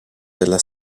della